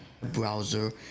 browser